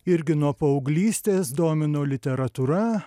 irgi nuo paauglystės domino literatūra